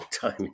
time